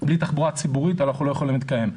בלי תחבורה ציבורית אנחנו לא יכולים להתקיים.